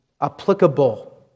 applicable